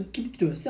mmhmm mmhmm